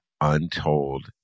untold